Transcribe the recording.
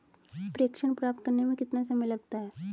प्रेषण प्राप्त करने में कितना समय लगता है?